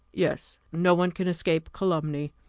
yes. no one can escape calumny.